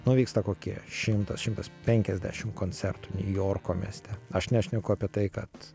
nu vyksta kokie šimtas šimtas penkiasdešim koncertų niujorko mieste aš nešneku apie tai kad